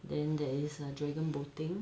then there is err dragon boating